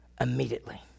immediately